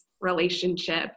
relationship